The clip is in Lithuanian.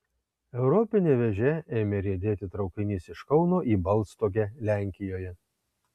europine vėže ėmė riedėti traukinys iš kauno į balstogę lenkijoje